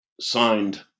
signed